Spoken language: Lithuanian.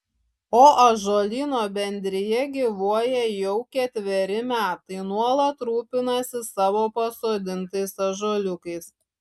o ąžuolyno bendrija gyvuoja jau ketveri metai nuolat rūpinasi savo pasodintais ąžuoliukais